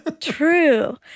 True